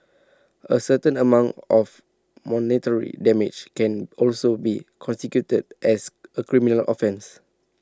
A certain amount of monetary damage can also be constituted as A criminal offence